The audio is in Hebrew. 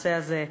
שהנושא הזה,